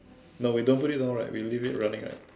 no we don't put it down right we'll leave it running right